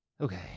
Okay